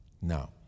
now